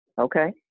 Okay